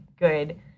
good